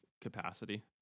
capacity